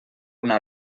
una